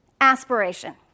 Aspiration